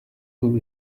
who